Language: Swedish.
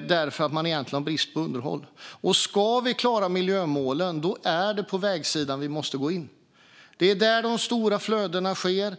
därför att man egentligen har brist på underhåll. Ska vi klara miljömålen är det på vägsidan vi måste gå in. Det är där de stora flödena sker.